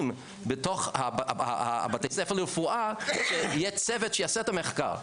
בתוך בתי הספר לרפואה שייצא צוות שיעשה את המחקר,